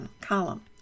column